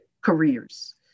careers